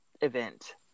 event